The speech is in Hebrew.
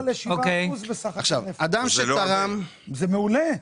עכשיו אדם שתרם -- זה מעולה,